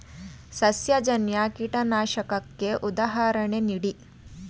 ಸಸ್ಯಜನ್ಯ ಕೀಟನಾಶಕಕ್ಕೆ ಉದಾಹರಣೆ ನೀಡಿ?